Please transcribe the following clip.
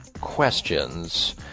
questions